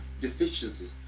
deficiencies